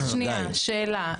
שאלה,